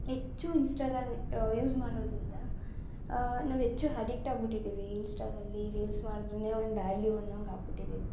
ಹೆಚ್ಚು Instagram use ಮಾಡೋದರಿಂದ ನಾವು ಹೆಚ್ಚು ಹಡಿಕ್ಟ್ ಆಗ್ಬಿಟ್ಟಿದ್ದೀವಿ ಇನ್ಸ್ಟಾದಲ್ಲಿ ರೀಲ್ಸ್ ಮಾಡಿದ್ರೇನೆ ಒಂದು ವ್ಯಾಲ್ಯೂ ಅನ್ನೋಂಗೆ ಆಗ್ಬಿಟ್ಟಿದ್ದೀವಿ